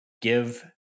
Give